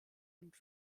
und